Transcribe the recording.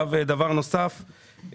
דבר נוסף,